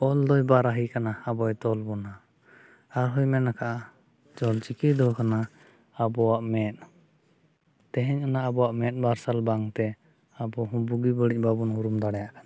ᱚᱞ ᱫᱚᱭ ᱵᱟᱨᱟᱦᱤ ᱠᱟᱱᱟ ᱟᱵᱚᱭ ᱛᱚᱞ ᱵᱚᱱᱟ ᱟᱨᱦᱚᱸᱭ ᱢᱮᱱᱟᱠᱟᱜᱼᱟ ᱚᱞᱪᱤᱠᱤ ᱫᱚ ᱠᱟᱱᱟ ᱟᱵᱚᱣᱟᱜ ᱢᱮᱸᱫ ᱛᱮᱦᱮᱧ ᱟᱵᱚᱣᱟᱜ ᱚᱱᱟ ᱢᱮᱸᱫ ᱢᱟᱨᱥᱟᱞ ᱵᱟᱝᱛᱮ ᱟᱵᱚᱦᱚᱸ ᱵᱩᱜᱤ ᱵᱟᱹᱲᱤᱡᱽ ᱵᱟᱵᱚᱱ ᱩᱨᱩᱢ ᱫᱟᱲᱮᱭᱟᱜ ᱠᱟᱱᱟ